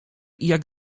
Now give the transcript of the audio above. jak